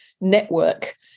network